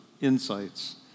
insights